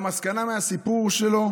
המסקנה מהסיפור שלו,